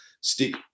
stick